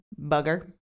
bugger